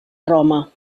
roma